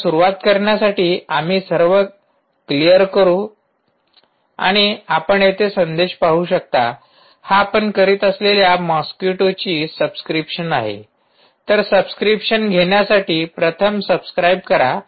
तर सुरूवात करण्यासाठी आम्ही सर्व क्लीअर करू या आणि आपण येथे संदेश पाहू शकता हा आपण करीत असलेल्या मॉस्किटोची सबस्क्रीप्शन आहे तर सबस्क्रिप्शन घेण्यासाठी प्रथम सबस्क्राइब करा